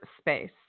space